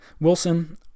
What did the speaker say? Wilson